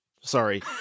Sorry